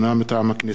מטעם הכנסת: